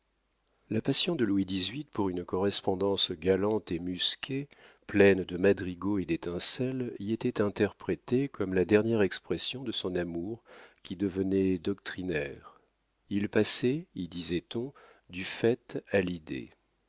la passion de louis xviii pour une correspondance galante et musquée pleine de madrigaux et d'étincelles y était interprétée comme la dernière expression de son amour qui devenait doctrinaire il passait y disait-on du fait à l'idée